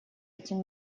этим